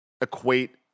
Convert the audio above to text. equate